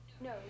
No